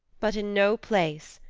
but in no place,